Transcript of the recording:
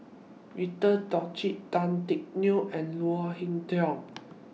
Victor Doggett Tan Teck Neo and Leo Hee Tong